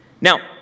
Now